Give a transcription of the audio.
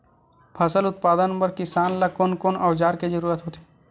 फसल उत्पादन बर किसान ला कोन कोन औजार के जरूरत होथे?